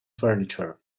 furniture